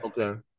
Okay